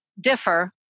differ